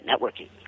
networking